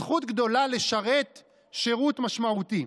זכות גדולה לשרת שירות משמעותי".